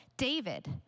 David